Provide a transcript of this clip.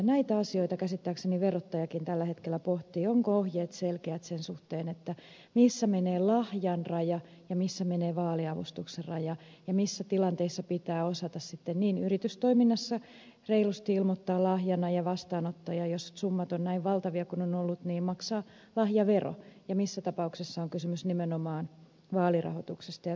näitä asioita käsittääkseni verottajakin tällä hetkellä pohtii ovatko ohjeet selkeät sen suhteen missä menee lahjan raja ja missä menee vaaliavustuksen raja ja missä tilanteissa pitää osata sitten yritystoiminnassa reilusti ilmoittaa tuki lahjana ja vastaanottajan jos summat ovat näin valtavia kuin ovat olleet maksaa lahjavero ja missä tapauksessa on kysymys nimenomaan vaalirahoituksesta ja toiminnasta